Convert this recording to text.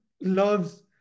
loves